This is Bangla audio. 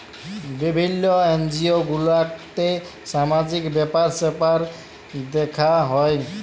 বিভিল্য এনজিও গুলাতে সামাজিক ব্যাপার স্যাপার দ্যেখা হ্যয়